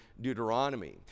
Deuteronomy